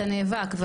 אתה נאבק,